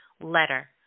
letter